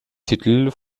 titel